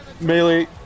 Melee